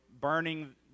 burning